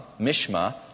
Mishma